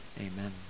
amen